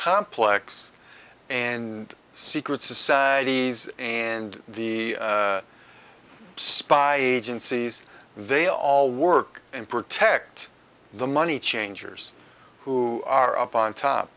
complex and secret societies and the spy agencies they all work and protect the money changers who are up on